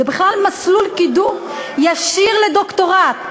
זה בכלל מסלול קידום ישיר לדוקטורט.